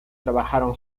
trabajaron